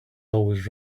always